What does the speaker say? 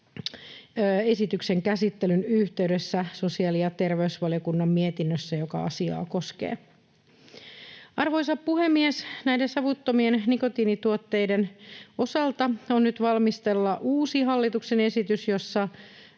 esityksen käsittelyn yhteydessä sosiaali- ja terveysvaliokunnan mietinnössä, joka asiaa koskee. Arvoisa puhemies! Näiden savuttomien nikotiinituotteiden osalta on nyt valmisteilla uusi hallituksen esitys, jossa